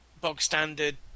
bog-standard